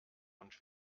und